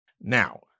Now